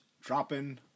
dropping